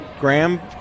Graham